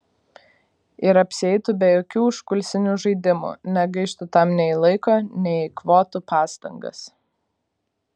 ir apsieitų be jokių užkulisinių žaidimų negaištų tam nei laiko nei eikvotų pastangas